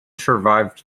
survived